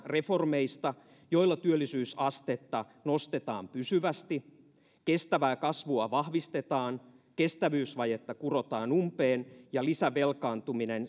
reformeista joilla työllisyysastetta nostetaan pysyvästi kestävää kasvua vahvistetaan kestävyysvajetta kurotaan umpeen ja lisävelkaantuminen